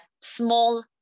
small